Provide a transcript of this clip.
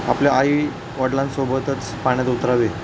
आपल्या आई वडिलांसोबतच पाण्यात उतरावे